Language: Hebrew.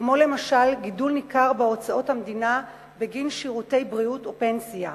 כמו למשל גידול ניכר בהוצאות המדינה בגין שירותי בריאות ופנסיה.